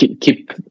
keep